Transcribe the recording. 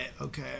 okay